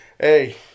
Hey